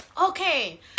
okay